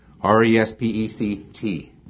R-E-S-P-E-C-T